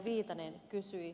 viitanen kysyi